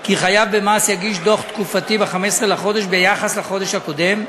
כי חייב מס יגיש דוח תקופתי ב-15 בחודש ביחס לחודש הקודם.